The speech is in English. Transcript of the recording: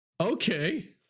Okay